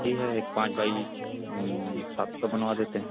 भी है एक पाँच बाई सात का बनवा देते हैं